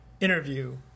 interview